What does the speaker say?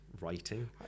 writing